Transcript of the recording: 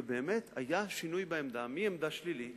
ובאמת היה שינוי מעמדה שלילית